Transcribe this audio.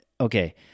okay